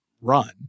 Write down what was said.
run